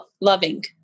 loving